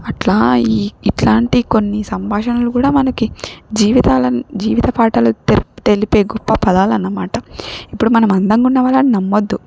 అట్లా ఈ ఇట్లాంటి కొన్ని సంభాషణలు కూడా మనకి జీవితాలను జీవిత పాఠాలు తెల్ప్ తెలిపే గొప్ప పదాలన్నమాట ఇప్పుడు మనం అందంగా ఉన్న వాళ్ళని నమ్మవద్దు